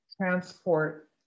transport